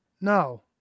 No